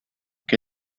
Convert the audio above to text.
que